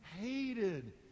hated